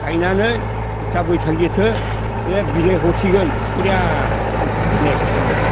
गायनानै दा बैसाग जेथो बे बिलाइ हरसिगोन बरिया थांसिगोन एखेबारे